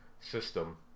system